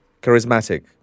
charismatic